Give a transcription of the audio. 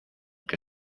que